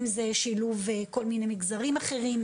אם זה שילוב כל מיני מגזרים אחרים,